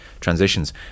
transitions